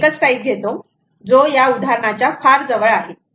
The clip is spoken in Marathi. इथे एकच टाईप घेतो जो या उदाहरणाच्या फार जवळ आहे